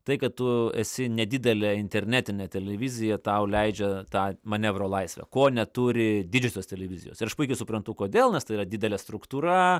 tai kad tu esi nedidelė internetinė televizija tau leidžia tą manevro laisvę ko neturi didžiosios televizijos ir aš puikiai suprantu kodėl nes tai yra didelė struktūra